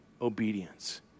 obedience